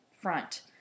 front